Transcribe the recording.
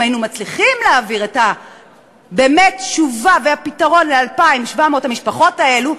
אם היינו מצליחים להעביר באמת את התשובה והפתרון ל-2,700 המשפחות האלה,